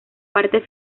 parte